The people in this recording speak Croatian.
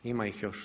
Ima ih još.